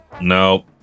No